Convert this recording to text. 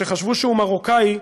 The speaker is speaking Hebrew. שחשבו שהוא מרוקאי,